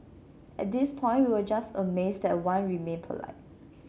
at this point we are just amazed that Wan remained polite